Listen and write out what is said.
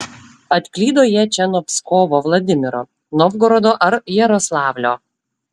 atklydo jie čia nuo pskovo vladimiro novgorodo ar jaroslavlio